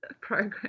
program